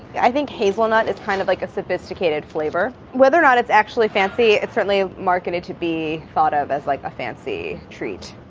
i think hazelnut. it's kind of like a sophisticated flavor, whether or not it's actually fancy. it's certainly marketed to be thought of as like a fancy treat.